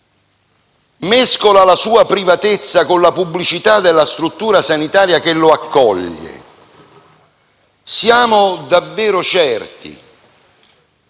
mescola la sua privatezza con la natura pubblica della struttura sanitaria che lo accoglie, siamo davvero certi